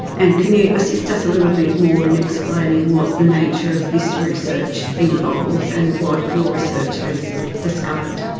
and can you assist us a little bit more in explaining what the nature of this research involves and what your research has discovered?